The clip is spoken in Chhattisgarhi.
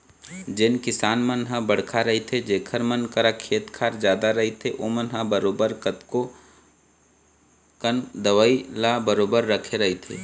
जेन किसान मन ह बड़का रहिथे जेखर मन करा खेत खार जादा रहिथे ओमन ह बरोबर कतको कन दवई ल बरोबर रखे रहिथे